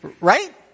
right